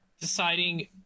deciding